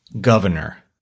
governor